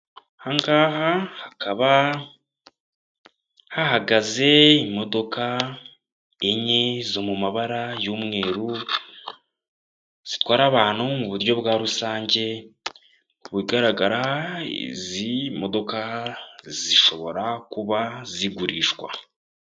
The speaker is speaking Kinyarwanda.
Ahangaha hakaba hahagaze imodoka enye zo mu mabara y'umweru zitwara abantu mu buryo bwa rusange, ku bigaragara izi modoka zishobora kuba zigurishwa.